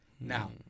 Now